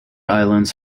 islands